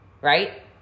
right